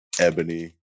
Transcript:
Ebony